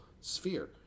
sphere